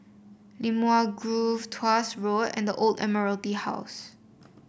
Limau Grove Tuas Road and The Old Admiralty House